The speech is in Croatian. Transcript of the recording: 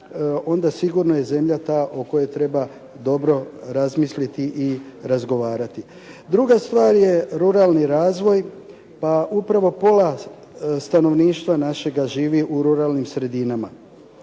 onda sigurno je zemlja ta o kojoj treba dobro razmisliti i razgovarati. Druga stvar je ruralni razvoj. Pa upola pola stanovništva našega živi u ruralnim sredinama.